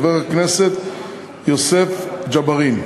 חבר הכנסת יוסף ג'בארין,